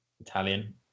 Italian